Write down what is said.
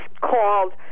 called